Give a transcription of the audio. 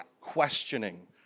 questioning